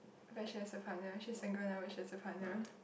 when she has a partner she's single now when she has a partner